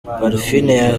parfine